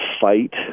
fight